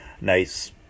nice